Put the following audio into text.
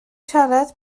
siarad